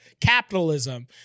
capitalism